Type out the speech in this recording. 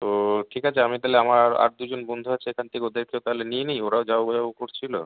তো ঠিক আছে আমি তাহলে আমার আর দুজন বন্ধু আছে এখান থেকে ওদেরকে তাহলে নিয়ে নিই ওরাও যাবো যাবো করছিলো